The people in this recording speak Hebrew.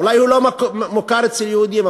אולי הוא לא מוכר אצל יהודים,